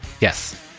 Yes